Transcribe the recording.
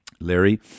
Larry